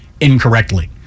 incorrectly